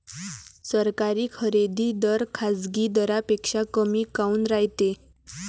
सरकारी खरेदी दर खाजगी दरापेक्षा कमी काऊन रायते?